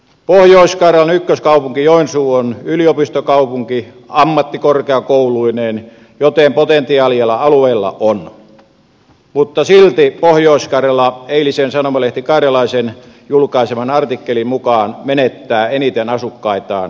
pohjois karjalan ykköskaupunki joensuu on yliopistokaupunki ammattikorkeakouluineen joten potentiaalia alueella on mutta silti pohjois karjala eilisen sanomalehti karjalaisen julkaiseman artikkelin mukaan menettää eniten asukkaitaan uudellemaalle